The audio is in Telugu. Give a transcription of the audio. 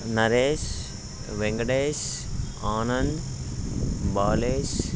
నరేష్ వెంకటేష్ ఆనంద్ బాలేష్